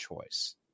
choice